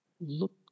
Look